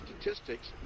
statistics